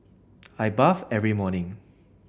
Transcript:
I bathe every morning